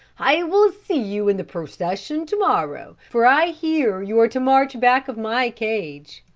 i will see you in the procession, to-morrow, for i hear you are to march back of my cage.